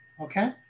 Okay